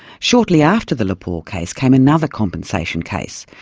shortly after the lepore case came another compensation case,